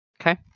Okay